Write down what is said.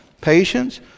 patience